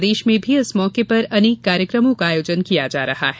प्रदेश में भी इस मौके पर अनेक कार्यक्रम का आयोजन किया जा रहा है